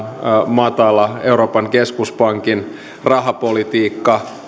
matala euroopan keskuspankin rahapolitiikka